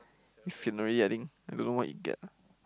he sian already I think I don't know what he get ah